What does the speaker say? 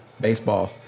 baseball